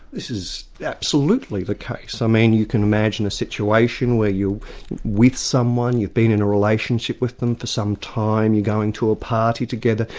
this is absolutely the case. i mean you can imagine a situation where you're with someone, you've been in a relationship with them for some time, you're going to a party together,